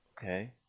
Okay